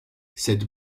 cette